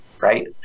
right